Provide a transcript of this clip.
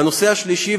והנושא השלישי,